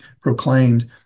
proclaimed